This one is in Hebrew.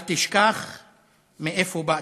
אל תשכח מאיפה באת.